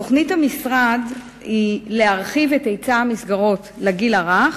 תוכנית המשרד היא להרחיב את היצע המסגרות לגיל הרך,